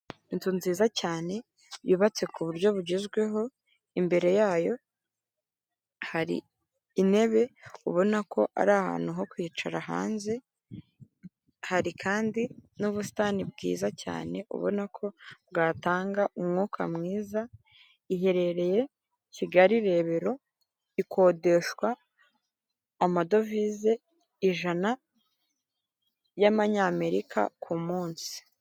Inzu nziza cyane yubatse ku buryo bugezweho, imbere yayo hari intebe ubona ko ari ahantu ho kwicara hanze, hari kandi n'ubusitani bwiza cyane ubona ko bwatanga umwuka mwiza, iherereye Kigali Rebero ikodeshwa amadovize ijana y'amanyamerika ku munsi.